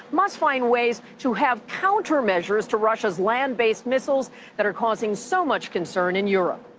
must find ways to have countermeasures to russia's land-based missiles that are causing so much concern in europe.